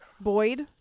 Boyd